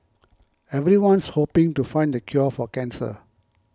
everyone's hoping to find the cure for cancer